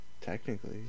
Technically